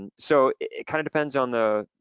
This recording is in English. and so it kind of depends on the,